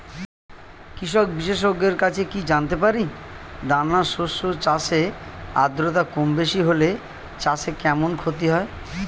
কৃষক বিশেষজ্ঞের কাছে কি জানতে পারি দানা শস্য চাষে আদ্রতা কমবেশি হলে চাষে কেমন ক্ষতি হয়?